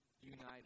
united